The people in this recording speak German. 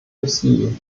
dossier